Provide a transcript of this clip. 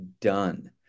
done